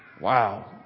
Wow